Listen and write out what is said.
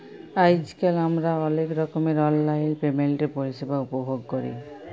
আইজকাল আমরা অলেক রকমের অললাইল পেমেল্টের পরিষেবা উপভগ ক্যরি